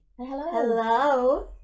Hello